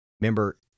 Remember